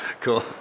Cool